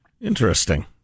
Interesting